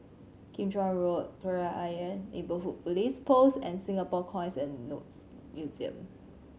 Kim Chuan Road Kreta Ayer Neighbourhood Police Post and Singapore Coins and Notes Museum